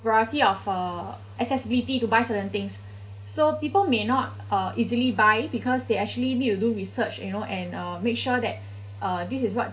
variety of uh accessibility to buy certain things so people may not uh easily buy because they actually need to do research you know and uh make sure that this is what